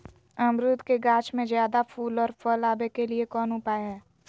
अमरूद के गाछ में ज्यादा फुल और फल आबे के लिए कौन उपाय है?